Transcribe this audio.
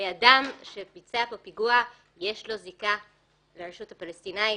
לאדם שביצע פה פיגוע יש זיקה לרשות הפלסטינית.